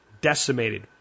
decimated